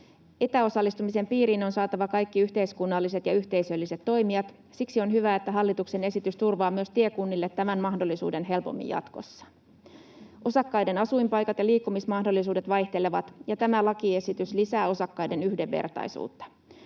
Etäosallistumisen piiriin on saatava kaikki yhteiskunnalliset ja yhteisölliset toimijat. Siksi on hyvä, että hallituksen esitys turvaa myös tiekunnille tämän mahdollisuuden helpommin jatkossa. Osakkaiden asuinpaikat ja liikkumismahdollisuudet vaihtelevat, ja tämä lakiesitys lisää osakkaiden yhdenvertaisuutta.